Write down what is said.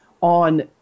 on